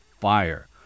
fire